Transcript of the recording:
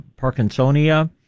parkinsonia